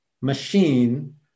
machine